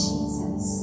Jesus